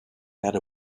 that